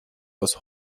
aus